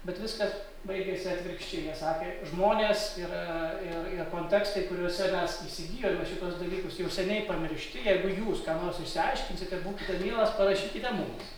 bet viskas baigėsi atvirkščiai jie sakė žmonės ir ir kontekstai kuriuose mes įsigijome šituos dalykus jau seniai pamiršti jeigu jūs ką nors išsiaiškinsite būkite mielas parašykite mums